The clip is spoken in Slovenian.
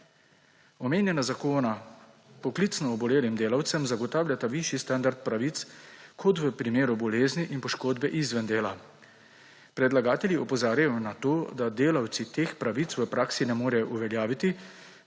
Omenjena zakona poklicno obolelim delavcem zagotavljata višji standard pravic kot v primeru bolezni in poškodbe izven dela. Predlagatelji opozarjajo na to, da delavci teh pravic v praksi ne morejo uveljaviti,